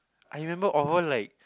I remember all like